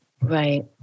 Right